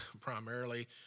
primarily